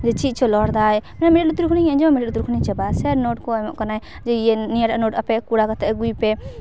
ᱡᱮ ᱪᱮᱫ ᱪᱚ ᱨᱚᱲ ᱫᱟᱭ ᱢᱟᱱᱮ ᱢᱤᱫ ᱞᱩᱛᱩᱨ ᱠᱷᱚᱱᱤᱧ ᱟᱸᱡᱚᱢ ᱢᱟᱱᱮ ᱢᱤᱫ ᱞᱩᱛᱩᱨ ᱠᱷᱚᱱᱟᱜ ᱪᱟᱵᱟᱜᱼᱟ ᱥᱮᱨ ᱱᱳᱴ ᱠᱚ ᱮᱢᱚᱜ ᱠᱟᱱᱟᱭ ᱡᱮ ᱱᱤᱭᱟᱹ ᱱᱤᱭᱟᱹ ᱨᱮᱱᱟᱜ ᱱᱳᱴ ᱟᱯᱮ ᱠᱚᱨᱟᱣ ᱠᱟᱛᱮ ᱟᱹᱜᱩᱭ ᱯᱮ